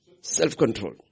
self-control